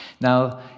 Now